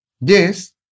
Yes